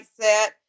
set